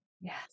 Yes